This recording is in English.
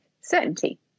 certainty